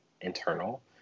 internal